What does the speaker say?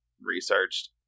researched